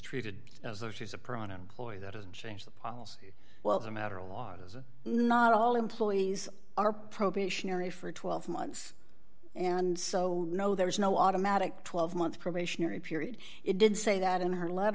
treated as though she's a pronoun ploy that doesn't change the policy well as a matter of law is it not all employees are probationary for twelve months and so no there is no automatic twelve month probationary period it did say that in her let